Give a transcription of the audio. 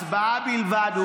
הצבעה בלבד.